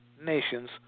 nations